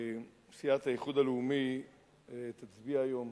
סיעת האיחוד הלאומי תצביע היום